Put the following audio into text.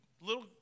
little